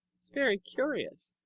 it's very curious.